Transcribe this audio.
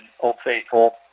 old-faithful